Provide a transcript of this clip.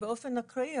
באופן אקראי,